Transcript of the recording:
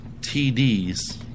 TDs